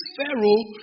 Pharaoh